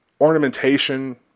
ornamentation